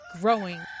growing